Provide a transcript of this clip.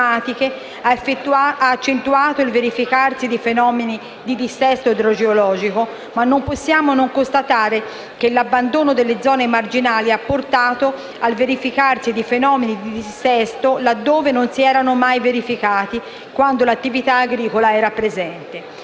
ha accentuato il verificarsi di fenomeni di dissesto idrogeologico. Non possiamo, però, non constatare che l'abbandono delle zone marginali ha portato al verificarsi di fenomeni di dissesto laddove non si sono mai verificati quando l'attività agricola era presente.